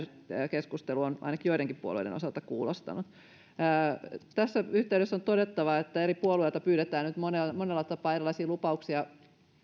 keskustelu on ainakin joidenkin puolueiden osalta kuulostanut tässä yhteydessä on todettava että eri puolueilta pyydetään nyt monella monella tapaa erilaisia lupauksia